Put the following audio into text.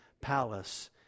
palace